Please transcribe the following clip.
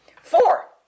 Four